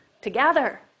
together